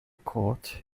court